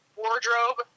wardrobe